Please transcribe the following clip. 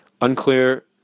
Unclear